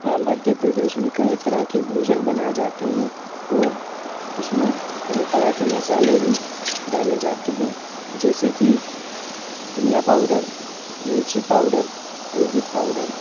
हाँ मध्य प्रदेश में कही तरह के भोजन बनाए जाते हैं और उसमें कही तरह के मसाले भी डाले जाते हैं जैसे की धनिया पाउडर मिर्ची हल्दी